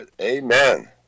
Amen